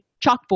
chalkboard